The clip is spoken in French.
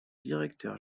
directeur